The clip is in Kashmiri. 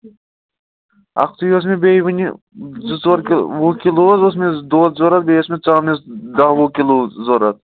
اکھتُے اوس مےٚ بیٚیہِ وٕنہِ زٕ ژور کہِ وُہ کِلوٗ حظ اوس مےٚ دۄد ضوٚرتھ بیٚیہِ ٲس مےٚ ژامِنٮ۪س داہ وُہ کِلوٗ ضوٚرتھ